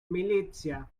militia